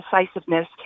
decisiveness